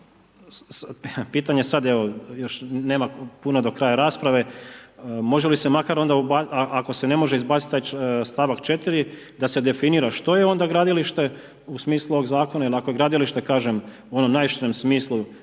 pitanje sad, evo još nema puno do kraja rasprave, može li se makar onda ubaciti, ako se ne može izbaciti taj stavak 4., da se definira što je onda gradilište u smislu ovog zakona jer ako je gradilište kažem, ono u najširem smislu